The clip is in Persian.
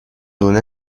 لونه